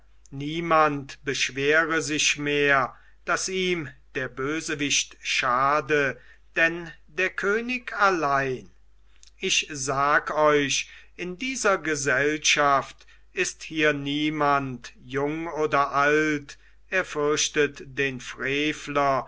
niemand beschwere sich mehr daß ihm der bösewicht schade denn der könig allein ich sag euch in dieser gesellschaft ist hier niemand jung oder alt er fürchtet den frevler